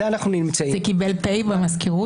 זה קיבל פ' במזכירות?